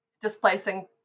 displacing